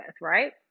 right